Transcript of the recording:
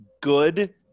good